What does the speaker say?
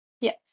Yes